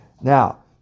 Now